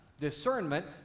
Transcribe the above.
Discernment